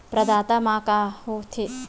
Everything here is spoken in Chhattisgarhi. प्रदाता मा का का हो थे?